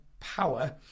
power